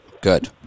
good